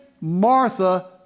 Martha